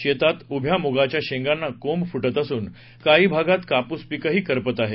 शेतात उभ्या मुगाच्या शेंगांना कोंब फुटत असून काही भागात कापूस पीकही करपत आहे